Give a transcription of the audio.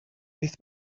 beth